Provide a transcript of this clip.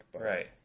Right